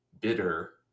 bitter